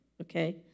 okay